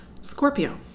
scorpio